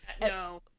no